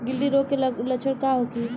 गिल्टी रोग के लक्षण का होखे?